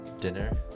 dinner